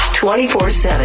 24-7